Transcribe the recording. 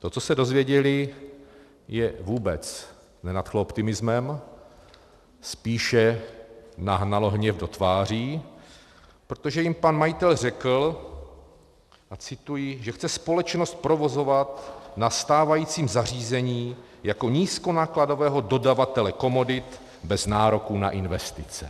To, co se dozvěděli, je vůbec nenadchlo optimismem, spíše nahnalo hněv do tváří, protože jim pan majitel řekl cituji že chce společnost provozovat na stávajícím zařízení jako nízkonákladového dodavatele komodit bez nároku na investice.